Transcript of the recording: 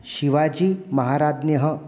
शिवाजीमहाराज्ञः